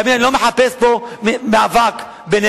אתה מבין, אני לא מחפש פה מאבק בינינו.